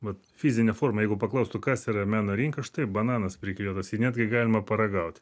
vat fizine forma jeigu paklaustų kas yra meno rinka štai bananas priklijuotas jį netgi galima paragauti